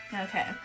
Okay